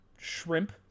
Shrimp